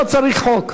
לא צריך חוק.